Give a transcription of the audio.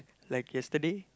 like yesterday